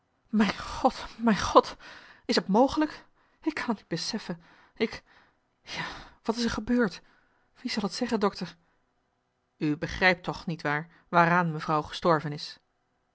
mijn god mijn god is t mogelijk ik kan t niet beseffen ik ja wat is er gebeurd wie zal t zeggen dokter u begrijpt toch niewaar waaraan mevrouw gestorven is